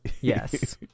Yes